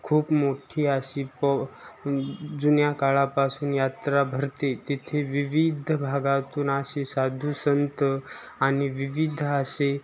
खूप मोठी अशी प जुन्या काळापासून यात्रा भरते तिथे विविध भागातून असे साधु संत आणि विविध असे